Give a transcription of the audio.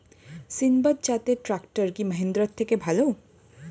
সিণবাদ জাতের ট্রাকটার কি মহিন্দ্রার থেকে ভালো?